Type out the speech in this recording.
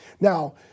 Now